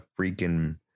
freaking